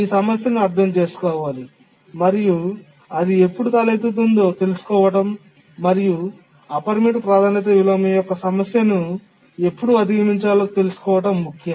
ఈ సమస్యను అర్థం చేసుకోవాలి మరియు అది ఎప్పుడు తలెత్తుతుందో తెలుసుకోవడం మరియు అపరిమిత ప్రాధాన్యత విలోమం యొక్క సమస్యను ఎప్పుడు అధిగమించాలో తెలుసుకోవడం ముఖ్యం